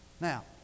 Now